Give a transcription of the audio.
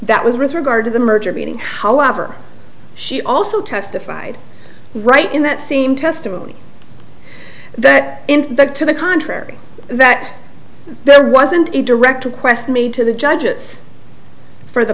that was regard to the merger being however she also testified right in that seem testimony that in fact to the contrary that there wasn't a direct request made to the judges for the